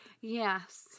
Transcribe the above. Yes